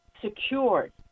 secured